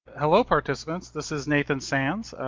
hello, participants, this is nathan sands.